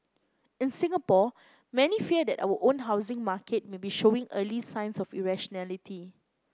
in Singapore many fear that our own housing market may be showing early signs of irrationality